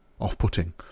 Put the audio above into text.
off-putting